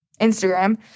Instagram